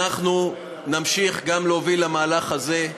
אנחנו נמשיך להוביל גם למהלך הזה,